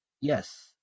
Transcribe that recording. Yes